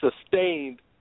sustained